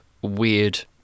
Weird